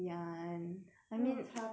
不会差多少吧